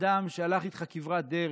אדם שהלך איתך כברת דרך,